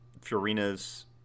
Fiorina's